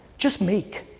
just make.